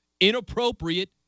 inappropriate